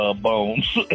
bones